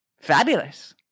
fabulous